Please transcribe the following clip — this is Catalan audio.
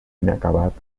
inacabat